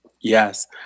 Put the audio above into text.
Yes